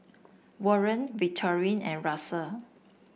Warren Victorine and Russell